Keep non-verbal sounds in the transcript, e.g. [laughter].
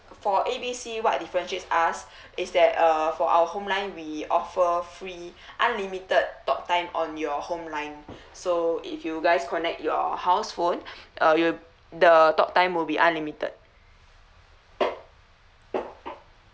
for A B C what differentiates us is that uh for our home line we offer free unlimited talk time on your home line so if you guys connect your house phone [breath] uh you the top time will be unlimited